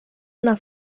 una